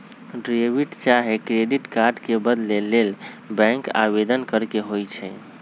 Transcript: debit चाहे credit card के बदले के लेल बैंक में आवेदन करेके होइ छइ